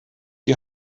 die